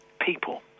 people